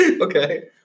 Okay